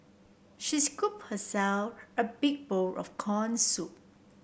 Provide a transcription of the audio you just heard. she scoop herself a big bowl of corn soup